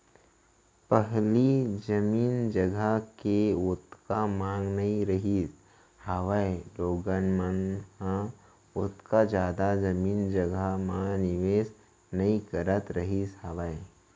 पहिली जमीन जघा के ओतका मांग नइ रहिस हावय लोगन मन ह ओतका जादा जमीन जघा म निवेस नइ करत रहिस हावय